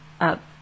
up